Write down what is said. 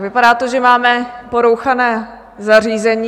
Vypadá to, že máme porouchané zařízení.